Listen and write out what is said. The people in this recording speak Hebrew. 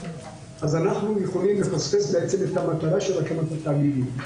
אז אנחנו יכולים לפספס בעצם את המטרה של הקמת התאגידים.